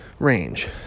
Range